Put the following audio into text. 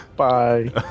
Bye